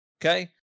okay